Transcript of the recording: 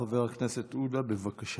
חבר הכנסת עודה, בבקשה.